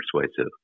persuasive